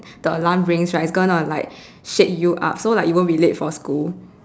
the alarm rings right it's gonna like shake you up so like you won't be late for school